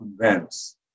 convince